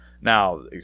now